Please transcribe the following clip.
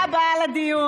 ברוכה הבאה לדיון.